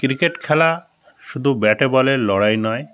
cricket খেলা শুধু ব্যাটে বলের লড়াই নয়